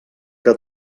que